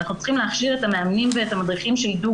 אנחנו צריכים להכשיר את המאמנים והמדריכים שידעו